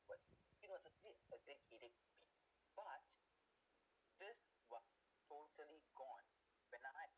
word it was a bit a bit headache to me but this was totally gone when I